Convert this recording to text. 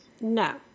No